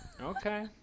okay